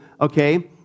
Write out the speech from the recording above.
okay